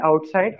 outside